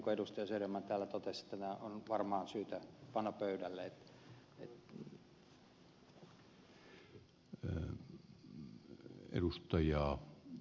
söderman täällä totesi että tämä on varmaan syytä panna pöydälle